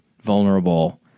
vulnerable